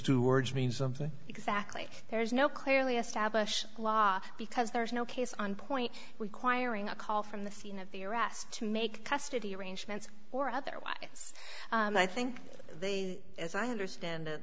two words mean something exactly there is no clearly establish law because there is no case on point requiring a call from the scene of the arrest to make custody arrangements or otherwise i think as i understand th